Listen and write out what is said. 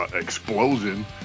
explosion